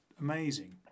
amazing